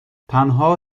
تنها